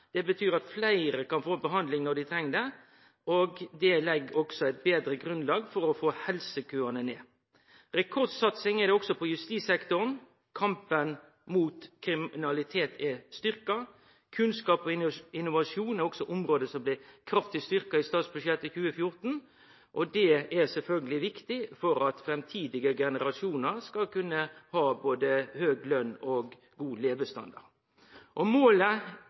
Det betyr at fleire kan få behandling når dei treng det, og det legg også eit betre grunnlag for å få helsekøane ned. Rekordsatsing er det også på justissektoren. Kampen mot kriminalitet er styrkt. Kunnskap og innovasjon er også områder som blei kraftig styrkt i statsbudsjettet for 2014, og det er sjølvsagt også viktig for at framtidige generasjonar skal kunne ha både høg løn og god levestandard. Målet vårt vil alltid vere ein tryggare og